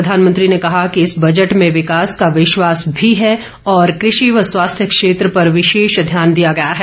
प्रधानमंत्री ने कहा कि इस बजट में विकास का विश्वास भी है और कृषि व स्वास्थ्य क्षेत्र पर विशेष ध्यान दिया गया है